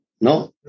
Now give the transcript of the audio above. No